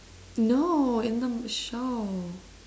no in the m~ show